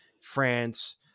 France